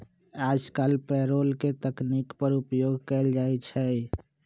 याजकाल पेरोल के तकनीक पर उपयोग कएल जाइ छइ